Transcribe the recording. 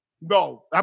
No